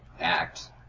act